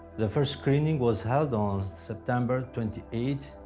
the first screening was held on september twenty eight,